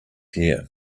hair